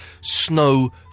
snow